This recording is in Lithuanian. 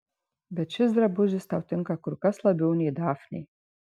bet šis drabužis tau tinka kur kas labiau nei dafnei